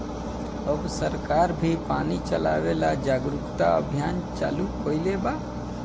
अब सरकार भी पानी बचावे ला जागरूकता अभियान चालू कईले बा